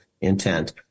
intent